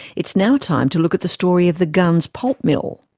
it's now time to look at the story of the gunns pulp mill.